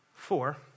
Four